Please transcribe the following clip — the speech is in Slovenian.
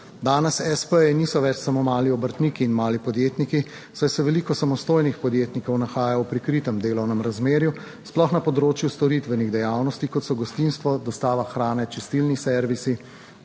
Danes espeji niso več samo mali obrtniki in mali podjetniki, saj se veliko samostojnih podjetnikov nahaja v prikritem delovnem razmerju, sploh na področju storitvenih dejavnosti kot so gostinstvo, dostava hrane, čistilni servisi,